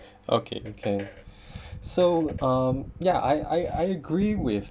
okay okay so um ya I I agree with